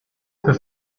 für